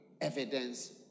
evidence